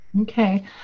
Okay